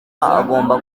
agomba